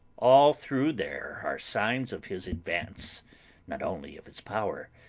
all through there are signs of his advance not only of his power,